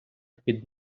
під